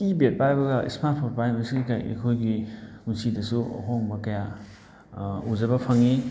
ꯀꯤꯄꯦꯗ ꯄꯥꯏꯕꯒ smart phone ꯄꯥꯏꯕꯁꯤꯒ ꯑꯩꯈꯣꯏꯒꯤ ꯄꯨꯟꯁꯤꯗꯁꯨ ꯑꯍꯣꯡꯕ ꯀꯌꯥ ꯎꯖꯕ ꯐꯪꯉꯤ